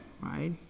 right